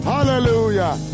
Hallelujah